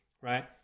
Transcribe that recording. right